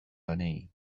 lanei